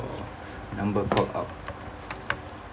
number called out